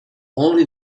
only